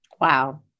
Wow